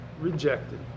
rejected